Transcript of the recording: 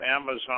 Amazon